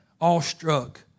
awestruck